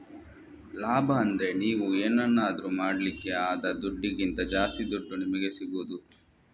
ಲಾಭ ಅಂದ್ರೆ ನೀವು ಏನನ್ನಾದ್ರೂ ಮಾಡ್ಲಿಕ್ಕೆ ಆದ ದುಡ್ಡಿಗಿಂತ ಜಾಸ್ತಿ ದುಡ್ಡು ನಿಮಿಗೆ ಸಿಗುದು